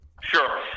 Sure